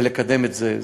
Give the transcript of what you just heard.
ולקדם את זה.